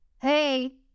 hey